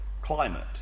climate